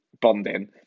bonding